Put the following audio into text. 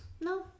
No